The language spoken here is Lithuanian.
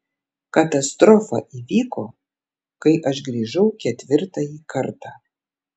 katastrofa įvyko kai aš grįžau ketvirtąjį kartą